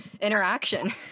interaction